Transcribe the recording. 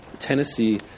Tennessee